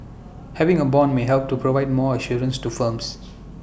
having A Bond may help to provide more assurance to firms